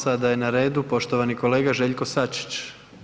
Sada je na redu poštovani kolega Željko Sačić.